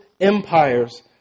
empires